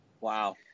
Wow